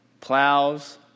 plows